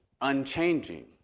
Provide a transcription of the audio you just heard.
unchanging